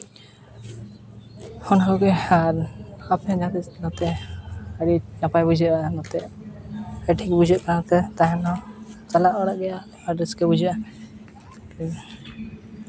ᱚᱱᱟ ᱠᱚᱜᱮ ᱟᱨ ᱟᱯᱮ ᱦᱚᱸ ᱡᱟᱦᱟᱸᱛᱤᱥ ᱱᱚᱛᱮ ᱟᱹᱰᱤ ᱱᱟᱯᱟᱭ ᱵᱩᱡᱷᱟᱹᱜᱼᱟ ᱱᱚᱛᱮ ᱟᱹᱰᱤ ᱴᱷᱤᱠ ᱵᱩᱡᱷᱟᱹᱜ ᱠᱟᱱᱛᱮ ᱛᱟᱦᱮᱱ ᱦᱚᱸ ᱪᱟᱞᱟᱜ ᱵᱟᱲᱟᱜ ᱜᱮᱭᱟ ᱟᱹᱰᱤ ᱨᱟᱹᱥᱠᱟᱹ ᱵᱩᱡᱷᱟᱹᱜᱼᱟ